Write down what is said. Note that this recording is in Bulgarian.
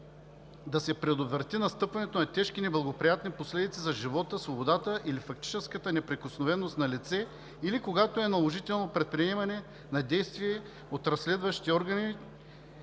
да се предотврати настъпването на тежки неблагоприятни последици за живота, свободата или фактическата неприкосновеност на лице, или когато е наложително предприемане на действие от разследващите органи,